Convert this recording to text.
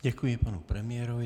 Děkuji panu premiérovi.